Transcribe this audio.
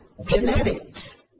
genetics